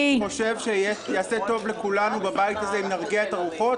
אני חושב שייעשה טוב לכולנו בבית הזה אם נרגיע את הרוחות.